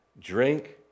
drink